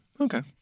Okay